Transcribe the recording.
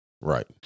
right